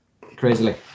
crazily